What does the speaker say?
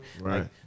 Right